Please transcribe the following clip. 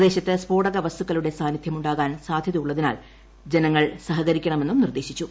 പ്രദേശത്ത് സ്ഫോടകവസ്തുക്കളുടെ സാന്നിദ്ധ്യമുണ്ടാകാൻ സാധ്യതയുള്ളതിനാൽ ജനങ്ങൾ സഹകരിക്കണമെന്നും നിർദ്ദേശിച്ചു